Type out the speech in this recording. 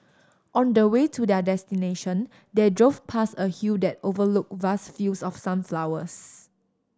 on the way to their destination they drove past a hill that overlooked vast fields of sunflowers